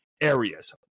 areas